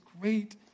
great